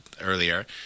earlier